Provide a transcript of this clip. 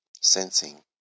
sensing